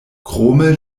krome